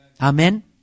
Amen